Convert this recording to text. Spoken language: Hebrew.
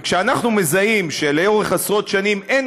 וכשאנחנו מזהים שלאורך עשרות שנים אין